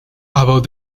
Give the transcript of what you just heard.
about